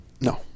No